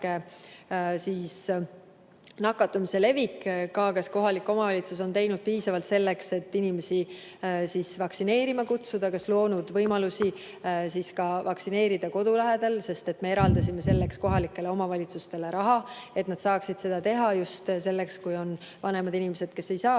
lai nakatumise levik, kas kohalik omavalitsus ikka on teinud piisavalt selleks, et inimesi vaktsineerima kutsuda, kas ta on loonud võimalusi vaktsineerida ka kodu lähedal. Me eraldasime selleks kohalikele omavalitsustele raha, et nad saaksid seda kasutada just selleks. On ju vanemaid inimesi, kes ei saa